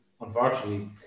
unfortunately